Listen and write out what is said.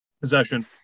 possession